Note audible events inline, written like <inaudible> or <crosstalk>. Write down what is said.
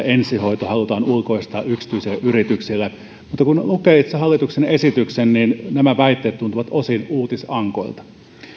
<unintelligible> ensihoito halutaan ulkoistaa yksityisille yrityksille mutta kun lukee itse hallituksen esityksen niin nämä väitteet tuntuvat osin uutisankoilta